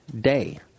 day